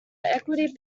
equity